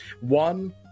one